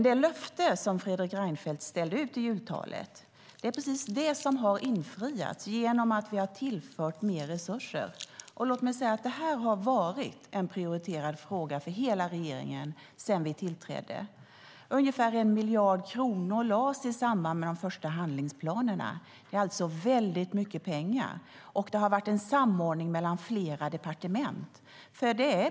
Det löfte som Fredrik Reinfeldt ställde ut i jultalet har infriats genom att vi tillfört mer resurser. Det här har varit en prioriterad fråga för hela regeringen sedan vi tillträdde. Ungefär 1 miljard kronor lades i samband med de första handlingsplanerna. Det är väldigt mycket pengar. Det har varit en samordning mellan flera departement.